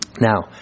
Now